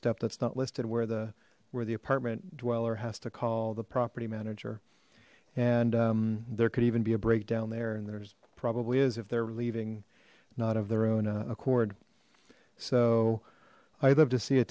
step that's not listed where the where the apartment dweller has to call the property manager and there could even be a breakdown there and there's probably is if they're leaving not of their own accord so i'd love to see a